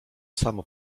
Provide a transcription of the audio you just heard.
samo